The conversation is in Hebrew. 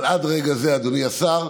אבל עד רגע זה, אדוני השר,